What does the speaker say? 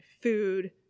food